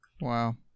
Wow